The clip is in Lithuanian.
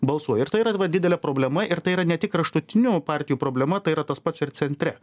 balsuoju ir tai yra didelė problema ir tai yra ne tik kraštutinių partijų problema tai yra tas pats ir centre